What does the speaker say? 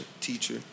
teacher